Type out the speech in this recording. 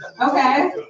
Okay